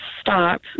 stop